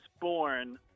born